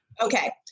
Okay